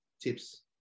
tips